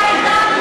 בהחלט.